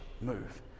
move